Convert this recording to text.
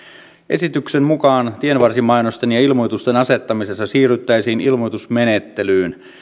esityksen mukaan tienvarsimainosten ja ilmoitusten asettamisessa siirryttäisiin ilmoitusmenettelyyn